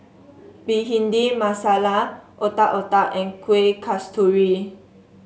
Bhindi Masala Otak Otak and Kueh Kasturi